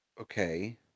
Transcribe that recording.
Okay